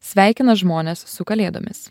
sveikina žmones su kalėdomis